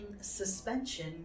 Suspension